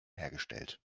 hergestellt